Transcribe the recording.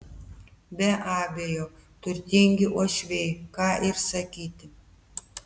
be abejo turtingi uošviai ką ir sakyti